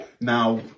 Now